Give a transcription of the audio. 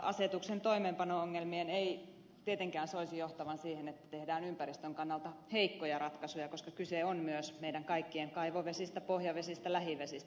asetuksen toimeenpano ongelmien ei tietenkään soisi johtavan siihen että tehdään ympäristön kannalta heikkoja ratkaisuja koska kyse on myös meidän kaikkien kaivovesistä pohjavesistä lähivesistä